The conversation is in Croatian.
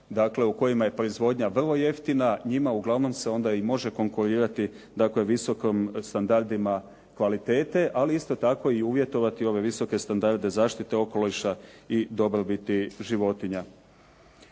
dakle u kojima je proizvodnja vrlo jeftina, njima uglavnom se onda i može konkurirati dakle visokim standardima kvaliteta, ali isto tako i uvjetovati ove visoke standarde zaštite okoliša i dobrobiti životinja.